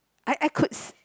I I could